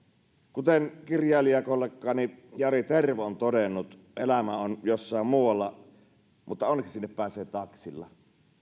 kuten kirjailijakollegani jari tervo on todennut elämä on jossain muualla mutta onneksi sinne pääse taksilla